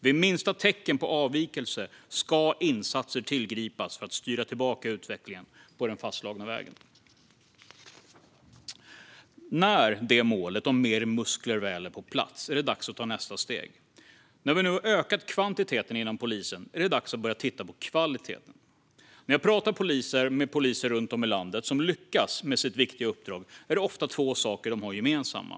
Vid minsta tecken på avvikelse ska insatser tillgripas för att styra tillbaka utvecklingen på den fastslagna vägen. När målet om mer muskler väl är på plats är det dags att ta nästa steg. När vi nu har ökat kvantiteten inom polisen är det dags att börja titta på kvaliteten. När jag pratar med poliser runt om i landet som lyckas med sitt viktiga uppdrag är det ofta två saker de har gemensamma.